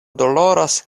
doloras